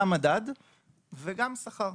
גם מדד וגם שכר,